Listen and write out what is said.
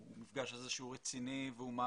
המפגש הזה שהוא רציני ומעמיק.